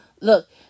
Look